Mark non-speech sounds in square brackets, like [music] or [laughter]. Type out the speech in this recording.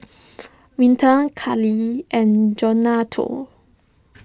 [noise] Winter Kellee and Jonathon